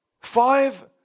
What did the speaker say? Five